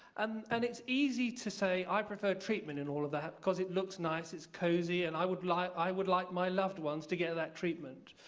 um and it's easy to say i prefer treatment in all of that, because it looks nice. it's cozy, and i would like i would like my loved ones to get that treatment.